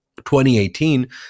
2018